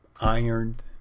ironed